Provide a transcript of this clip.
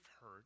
heard